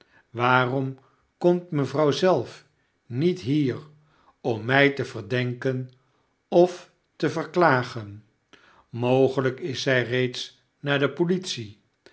waarom komt mevrouw zelf niet hier om mij te verdenken of te verklagen p mogelijk is zij reeds naar de politie